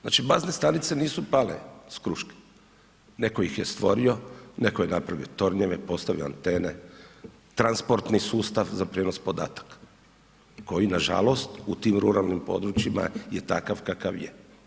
Znači bazne stanice nisu pale s kruške, netko ih je stvorio, netko je napravio tornjeve, postavio antene, transportni sustav za prijenos podataka koji nažalost u tim ruralnim područjima je takav kakav je.